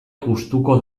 gustuko